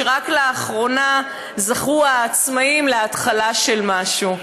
ורק לאחרונה זכו העצמאים להתחלה של משהו.